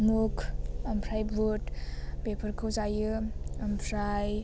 मुग ओमफ्राय बुध बेफोरखौ जायो ओमफ्राय